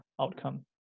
outcome